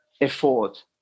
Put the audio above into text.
effort